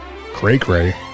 cray-cray